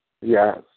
Yes